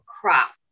crop